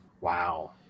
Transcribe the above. Wow